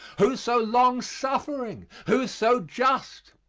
who so long suffering, who so just?